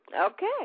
Okay